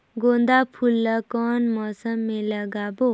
गेंदा फूल ल कौन मौसम मे लगाबो?